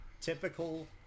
Typical